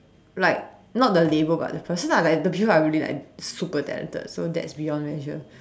like not the labour but the person ah like the people are really like super talented so that's beyond measure